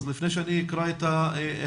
אז לפני שאני אקרא את ההמלצות,